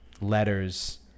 letters